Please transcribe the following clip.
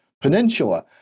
Peninsula